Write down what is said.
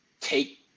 take